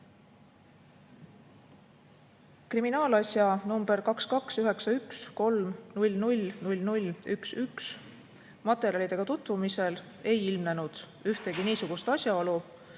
Kriminaalasja nr 22913000011 materjalidega tutvumisel ei ilmnenud ühtegi niisugust asjaolu,